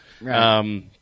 Right